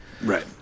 Right